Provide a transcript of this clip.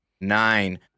nine